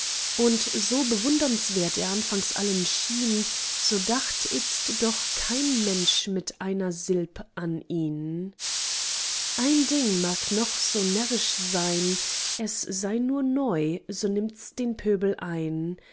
und so bewundernswert er anfangs allen schien so dacht itzt doch kein mensch mit einer silb an ihn ein ding mag noch so närrisch sein es sei nur neu so nimmts den pöbel ein